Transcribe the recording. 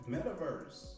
Metaverse